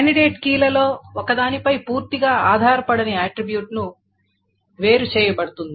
candidate కీలలో ఒకదానిపై పూర్తిగా ఆధారపడని ఆట్రిబ్యూట్ వేరుచేయబడుతుంది